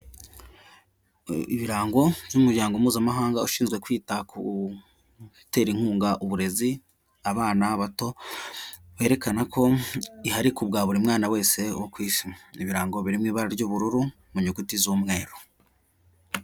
Ibirango by'umuryango mpuzamahanga ushinzwe kwita ku gutera inkunga uburezi abana bato berekana ko ihari kubwa buri mwana wese wo ku isi, ibirango biri mu ibara ry'ubururu mu nyuguti z'umweru.